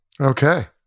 Okay